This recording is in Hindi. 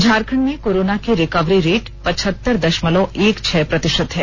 झारखंड में कोरोना की रिकवरी रेट पचहत्तर दशमलव एक छह प्रतिशत है